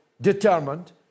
determined